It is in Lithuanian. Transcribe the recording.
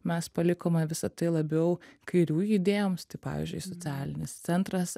mes palikome visa tai labiau kairiųjų idėjoms tai pavyzdžiui socialinis centras